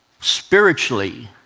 spiritually